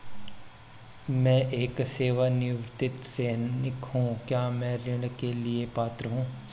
मैं एक सेवानिवृत्त सैनिक हूँ क्या मैं ऋण लेने के लिए पात्र हूँ?